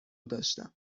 داشتم